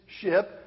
ship